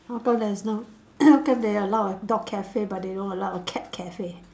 how come there's no how come they allow a dog cafe but they don't allow a cat cafe